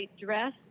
dress